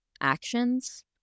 actions